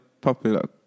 popular